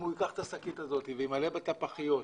אם הוא ייקח את השקית הזאת וימלא בה את הפחיות,